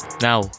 Now